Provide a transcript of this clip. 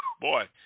boy